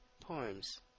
Poems